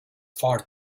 far